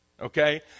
okay